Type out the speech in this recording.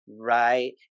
right